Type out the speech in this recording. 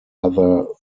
other